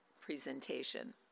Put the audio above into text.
presentation